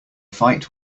fight